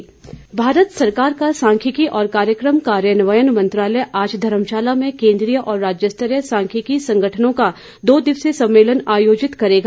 सम्मेलन भारत सरकार का सांख्यिकी और कार्यक्रम कार्यान्वयन मंत्रालय आज धर्मशाला में केंद्रीय और राज्यस्तरीय सांख्यिकी संगठनों का दो दिवसीय सम्मेलन आयोजित करेगा